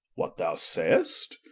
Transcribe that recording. what thou say'st?